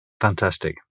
Fantastic